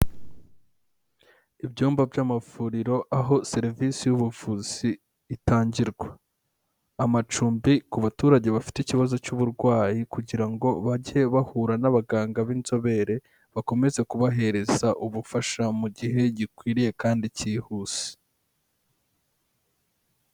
Ibyumba by'amavuriro aho serivisi y'ubuvuzi itangirwa. Amacumbi ku baturage bafite ikibazo cy'uburwayi kugira ngo bajye bahura n'abaganga b'inzobere bakomeze kubahereza ubufasha mu gihe gikwiriye kandi cyihuse.